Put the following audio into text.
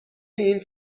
این